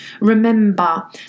Remember